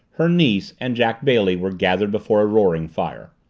her niece, and jack bailey were gathered before a roaring fire.